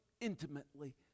intimately